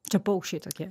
čia paukščiai tokie